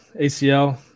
ACL